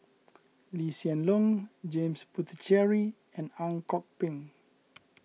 Lee Hsien Loong James Puthucheary and Ang Kok Peng